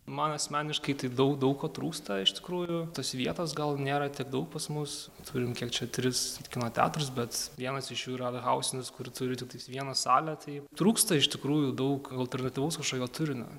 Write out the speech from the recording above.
man asmeniškai tai daug daug ko trūksta iš tikrųjų tos vietos gal nėra tiek daug pas mus turime kiek čia tris kino teatruose bet vienas iš jų yra hausinis kuri turi tiktai vieną salę tai trūksta iš tikrųjų daug alternatyvaus kažkokio turinio